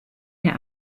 der